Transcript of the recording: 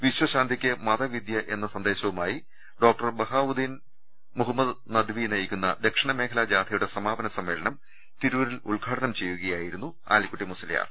വിശ്വ ശാന്തിക്ക് മതവിദ്യ എന്ന സന്ദേശവുമായി ഡോക്ടർ ബഹാവുദ്ദീൻ മുഹ മ്മദ് നദ്വി നയിക്കുന്ന ദക്ഷിണമേഖലാ ജാഥയുടെ സമാപന സമ്മേളനം തിരൂരിൽ ഉദ്ഘാടനം ചെയ്യുകയായിരുന്നു ആലിക്കുട്ടി മുസ്ച്യാർ